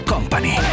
Company